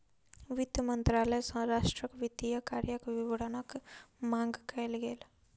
वित्त मंत्रालय सॅ राष्ट्रक वित्तीय कार्यक विवरणक मांग कयल गेल